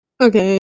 Okay